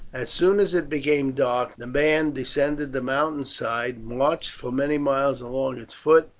as soon as it became dark the band descended the mountain side, marched for many miles along its foot,